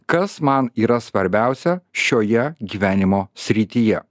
kas man yra svarbiausia šioje gyvenimo srityje